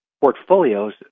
portfolios